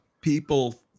people